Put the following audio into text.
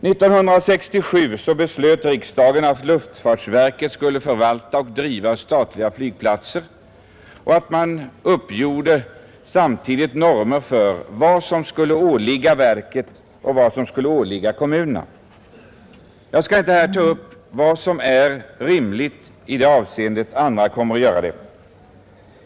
1967 beslöt riksdagen att luftfartsverket skulle förvalta och driva statliga flygplatser och att samtidigt normer skulle utarbetas för vad som skulle åligga verket och vad som skulle åligga kommunerna. Jag skall inte här ta upp vad som är rimligt i det avseendet. Andra kommer att göra det.